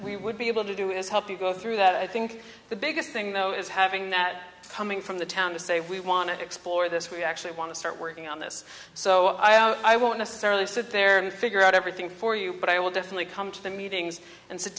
we would be able to do is help you go through that i think the biggest thing though is having that coming from the town to say we want to explore this we actually want to start working on this so i won't necessarily sit there and figure out everything for you but i will definitely come to the meetings and sit